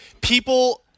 People